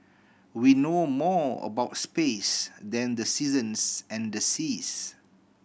we know more about space than the seasons and the seas